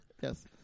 Yes